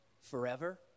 Forever